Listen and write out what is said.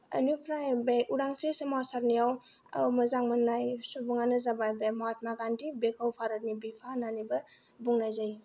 ओनिफ्राय बे उदांस्रि सोमावसारनायाव मोजां मोन्नाय सुबुंआनो जाबाय महात्मा गान्धी बेखौ भारतनि बिफा होन्नानैबो बुंनाय जायो